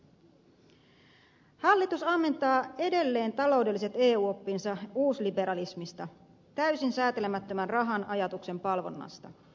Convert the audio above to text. hallitus ammentaa edelleen taloudelliset eu oppinsa uusliberalismista täysin säätelemättömän rahan ajatuksen palvonnasta